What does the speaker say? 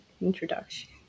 introduction